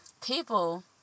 people